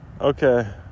Okay